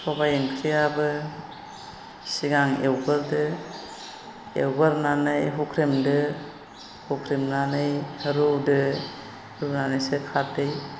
सबाय ओंख्रियाबो सिगां एवग्रोदो एवगोरनानै हुख्रेमदो हुख्रेमनानै रुदो रुनानैसो खारदै